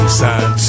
sad